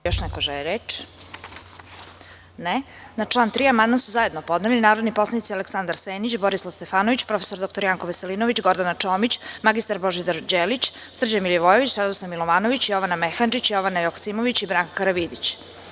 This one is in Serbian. Da li još neko želi reč? (Ne) Na član 3. amandman su zajedno podneli narodni poslanici Aleksandar Senić, Borislav Stefanović, prof. dr Janko Veselinović, Gordana Čomić, mr Božidar Đelić, Srđan Milivojević, Radoslav Milovanović, Jovana Mehandžić, Jovana Joksimović i Branka Karavidić.